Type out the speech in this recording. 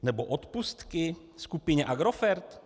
Nebo odpustky skupině Agrofert?